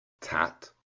Tat